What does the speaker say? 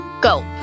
Go